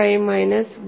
5 minus 1